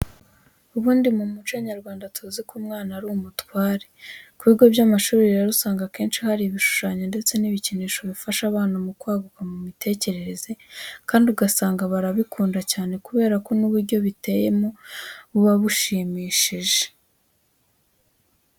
Ubundi mu muco nyarwanda tuzi ko umwana ari umutware. Ku bigo by'amashuri rero usanga akenshi hari ibishushanyo ndetse n'ibikinisho bifasha abana mu kwaguka mu mitekerereze kandi ugasanga barabikunda cyane kubera ko n'uburyo biteyemo buba bushimishije.